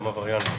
גם עבריין לא.